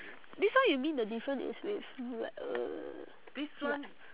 this one you mean the different is with ya